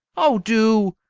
oh, do!